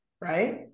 right